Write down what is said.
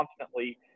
constantly